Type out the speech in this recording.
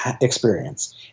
experience